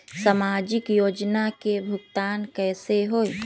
समाजिक योजना के भुगतान कैसे होई?